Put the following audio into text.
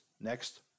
Next